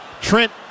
Trent